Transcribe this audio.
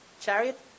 chariot